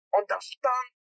understand